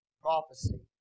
Prophecy